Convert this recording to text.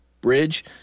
Bridge